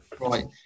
Right